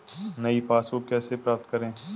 नई पासबुक को कैसे प्राप्त करें?